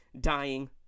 dying